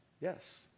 Yes